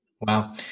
Wow